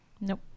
Nope